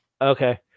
Okay